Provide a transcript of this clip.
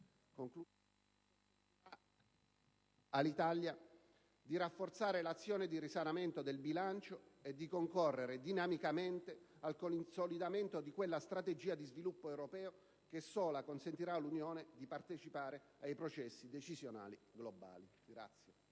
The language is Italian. all'Italia di rafforzare l'azione di risanamento del bilancio e di concorrere, dinamicamente, al consolidamento di quella strategia di sviluppo europeo che, sola, consentirà all'Unione di partecipare ai processi decisionali globali.